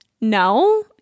no